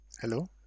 Hello